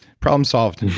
problem solved.